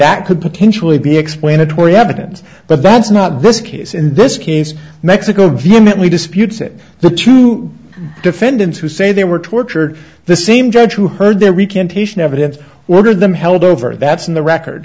that could potentially be explanatory evidence but that's not the case in this case mexico vehemently disputes that the two defendants who say they were tortured the same judge who heard the recantation evidence ordered them held over that's in the record